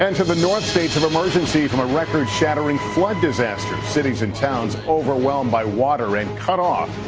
and to the north, states of emergency from a record-shattering flood disaster. cities and towns overwhelmed by water and cut off.